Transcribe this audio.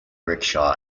rickshaw